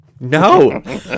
No